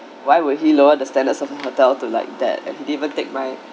why would he lowered the standards of hotel to like that he didn't take my